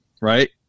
right